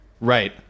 Right